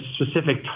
specific